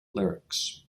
lyrics